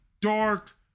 dark